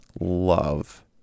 love